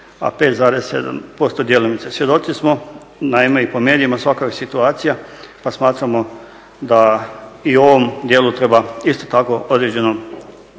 a 5,7% djelomice. Svjedoci smo naime i po medijima svakakvih situacija pa smatramo da i u ovom dijelu treba isto tako određenu